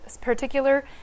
particular